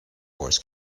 wars